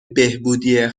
بهبودی